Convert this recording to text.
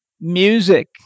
music